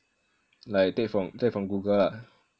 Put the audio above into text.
like take from take from Google lah